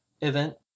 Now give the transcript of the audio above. event